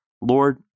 Lord